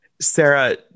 sarah